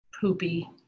poopy